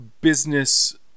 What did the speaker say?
business